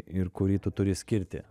ir kurį tu turi skirti